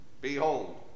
Behold